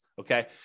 okay